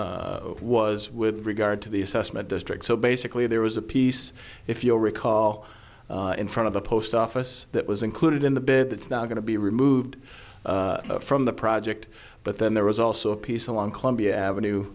it was with regard to the assessment district so basically there was a piece if you'll recall in front of the post office that was included in the bed that's not going to be removed from the project but then there was also a piece along columbia avenue